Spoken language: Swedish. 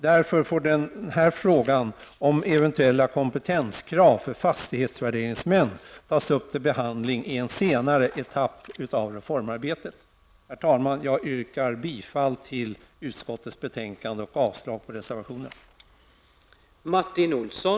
Därför får frågan om eventuella kompetenskrav för fastighetsvärderingsmän tas upp till behandling i en senare etapp av reformarbetet. Herr talman! Jag yrkar bifall till hemställan i utskottets betänkande och avslag på reservationen.